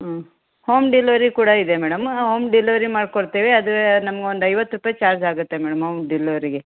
ಹ್ಞೂ home delivery ಕೂಡ ಇದೆ ಮೇಡಮ್ ಹೋಮ್ ಡೆಲಿವರಿ ಮಾಡ್ಕೊಡ್ತೇವೆ ಅದು ನಮ್ಗೆ ಒಂದು ಐವತ್ತು ರೂಪಾಯಿ ಚಾರ್ಜ್ ಆಗುತ್ತೆ ಮೇಡಮ್ ಹೋಮ್ ಡೆಲಿವರಿಗೆ